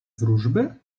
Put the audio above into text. wróżby